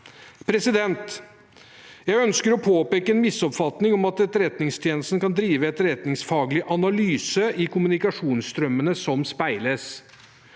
kildevern. Jeg ønsker å påpeke en misoppfatning om at Etterretningstjenesten kan drive etterretningsfaglig analyse i kommunikasjonsstrømmene som speiles.